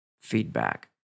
feedback